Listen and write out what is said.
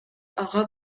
ага